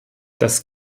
das